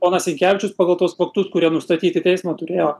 ponas sinkevičius pagal tuos faktus kurie nustatyti teismo turėjo